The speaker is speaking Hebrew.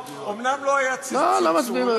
אומנם לא היה שום צלצול, לא, לא מצביעים.